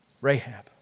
Rahab